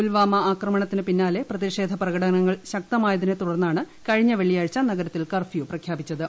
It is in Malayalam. പുൽവാമ ആക്രമണത്തിന് പിന്നാലെ പ്രതിഷേധ പ്രകടനങ്ങൾ ശക്തമായതിനെ തുടർന്നാണ് കഴിഞ്ഞ വെള്ളിയാഴ്ച നഗത്തിൽ കർഫ്യൂ പ്രഖ്യാപിച്ചത്